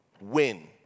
win